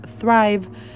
thrive